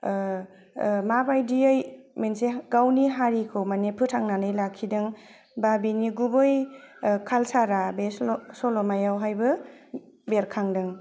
माबादियै मोनसे गावनि हारिखौ मानि फोथांनानै लाखिदों बा बेनि गुबै कालसारा बे सल' सल'मायावहायबो बेरखांदों